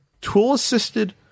tool-assisted